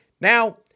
Now